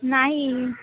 नाही